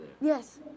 Yes